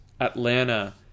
Atlanta